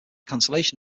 cancellation